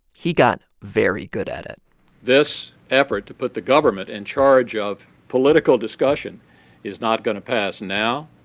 he got very good at it this effort to put the government in charge of political discussion is not going to pass now.